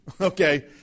okay